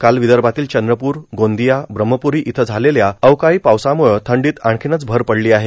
काल विदर्भातील चंद्रपूर गोंदिया ब्रहमपुरी इथं झालेल्या अवकाळी पावसाम्ळं थंडीत आणखीनच भर पडली आहे